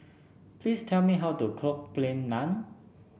please tell me how to cook Plain Naan